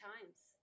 times